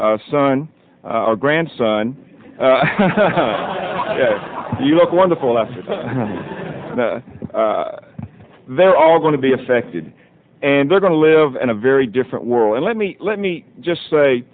son a grandson you look wonderful as they're all going to be affected and they're going to live in a very different world and let me let me just say